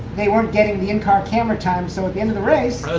they weren't getting the in-car camera time. so at the end of the race,